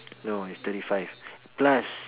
no it's thirty five plus